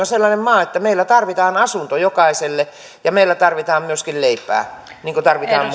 on sellainen maa että täällä tarvitaan asunto jokaiselle ja tarvitaan myöskin leipää niin kuin tarvitaan